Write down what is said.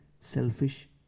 selfish